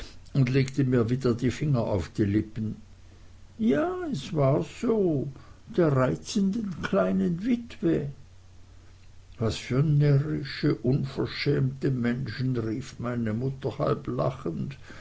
und legte mir wieder die finger auf die lippen ja es war so der reizenden kleinen witwe was für närrische unverschämte menschen rief meine mutter lachend